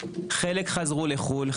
חלק חזרו לחו"ל,